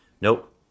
Nope